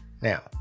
Now